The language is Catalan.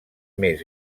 més